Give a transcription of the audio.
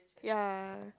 ya